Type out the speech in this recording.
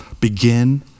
Begin